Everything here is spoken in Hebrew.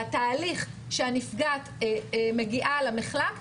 בתהליך שהנפגעת מגיעה למחלק,